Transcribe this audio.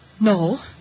No